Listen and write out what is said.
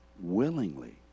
willingly